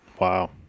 Wow